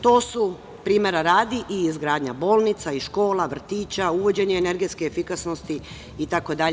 To su, primera radi, i izgradnja bolnica i škola, vrtića, uvođenje energetske efikasnosti itd.